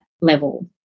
level